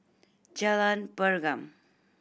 Jalan Pergam